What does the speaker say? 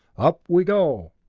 up we go!